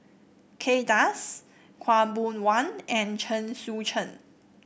Kay Das Khaw Boon Wan and Chen Sucheng